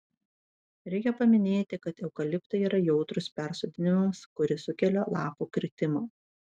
reikia paminėti kad eukaliptai yra jautrūs persodinimams kuris sukelia lapų kritimą